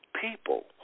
people